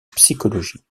psychologie